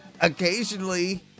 occasionally